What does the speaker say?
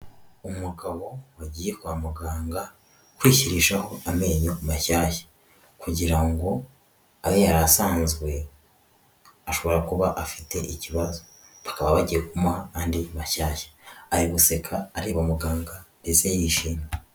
Umugabo wagiye kwa muganga kwishyirishaho amenyo mashyashya kugira ngo abe yari asanzwe ashobora kuba afite ikibazo bakaba bagiye kumuha andi mashyashya, ari guseka areba umuganga ndetse yishimye.